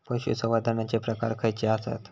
पशुसंवर्धनाचे प्रकार खयचे आसत?